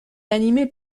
animée